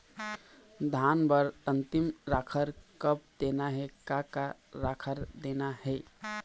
धान बर अन्तिम राखर कब देना हे, का का राखर देना हे?